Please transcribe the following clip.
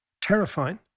terrifying